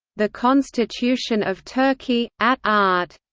the constitution of turkey, at art.